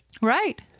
Right